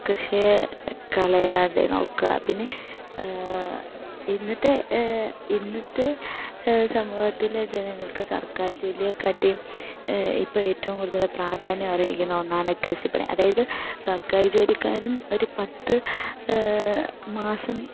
കൃഷിയെ കളയാതെ നോക്കുക പിന്നെ ഇന്നത്തെ ഇന്നത്തെ സമൂഹത്തിലെ ജനങ്ങൾക്ക് സർക്കാർ ജോലിയെക്കാട്ടിയും ഇപ്പം ഏറ്റും കൂടുതൽ പ്രാധാന്യം അറിയിക്കുന്ന ഒന്നാണ് കൃഷിപ്പണി അതായത് സർക്കാർ ജോലിക്കാരൻ ഒരു പത്ത് മാസം